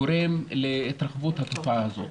גורם להתרחבות התופעה הזאת.